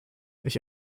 ich